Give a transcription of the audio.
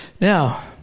Now